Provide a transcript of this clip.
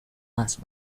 más